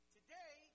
Today